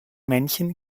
männchen